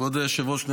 כבוד היושב-ראש,